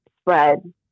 spread